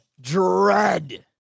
dread